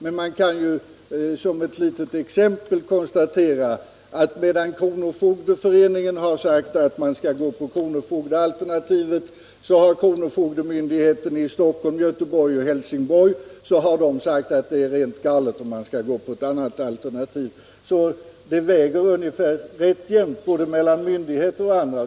Men jag kan som ett litet exempel konstatera att medan kronofogdeföreningen har sagt att man skall gå på kronofogdealternativet så har kronofogdemyndigheterna i Stockholm, Göteborg och Helsingborg ansett att detta är rent galet och i stället förordat ett annat alternativ. Det väger rätt jämnt både mellan myndigheter och andra.